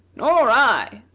nor i!